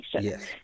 Yes